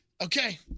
Okay